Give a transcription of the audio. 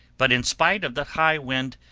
but in spite of the high wind,